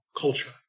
culture